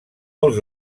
molts